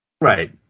right